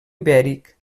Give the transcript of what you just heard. ibèric